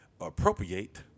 appropriate